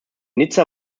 nizza